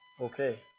Okay